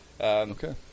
Okay